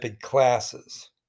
classes